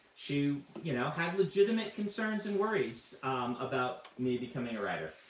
she you know had legitimate concerns and worries about me becoming a writer.